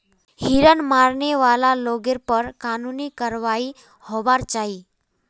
हिरन मारने वाला लोगेर पर कानूनी कारवाई होबार चाई